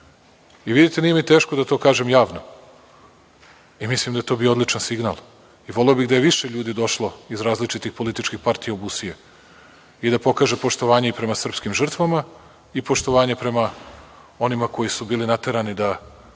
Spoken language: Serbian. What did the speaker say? Busijama. Nije mi teško da to kažem javno. Mislim da je to bio odličan signal i voleo bih da je više ljudi došlo iz različitih političkih partija u Busije i da pokaže poštovanje prema srpskim žrtvama i poštovanje prema onima koji su bili naterani da